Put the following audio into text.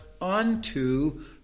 unto